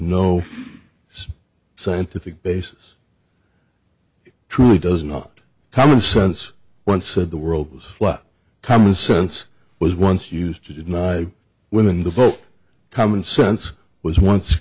some scientific basis truly does not common sense once said the world was flat commonsense was once used to deny women the vote common sense was once